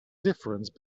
difference